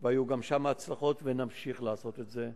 והיו גם שם הצלחות ונמשיך לעשות את זה,